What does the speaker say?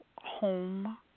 home